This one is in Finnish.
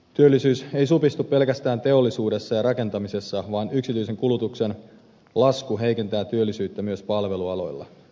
työllisyys ei supistu pelkästään teollisuudessa ja rakentamisessa vaan yksityisen kulutuksen lasku heikentää työllisyyttä myös palvelualoilla